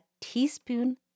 teaspoon